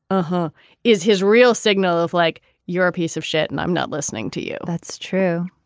but is his real signal of like you're a piece of shit and i'm not listening to you that's true.